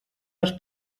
les